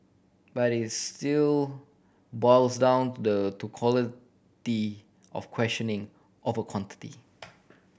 but it still boils down the to quality of questioning over quantity